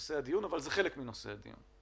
נושא הדיון אבל הם כן חלק מנושא הדיון.